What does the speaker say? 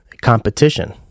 competition